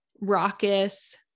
raucous